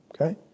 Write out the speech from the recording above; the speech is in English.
okay